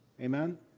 Amen